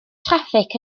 traffig